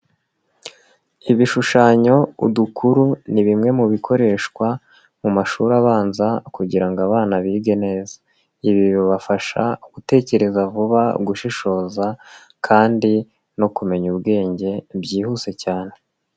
Ibishushanyo, udukuru, ni bimwe mu bikoreshwa mu mashuri abanza kugira ngo abana bige neza, ibi bibafasha gutekereza vuba, gushishoza kandi no kumenya ubwenge byihuse cyane.